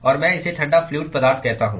और मैं इसे ठंडा फ्लूअड पदार्थ कहता हूं